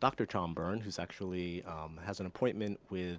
dr. tom byrne, who actually has an appointment with